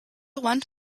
want